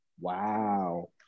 wow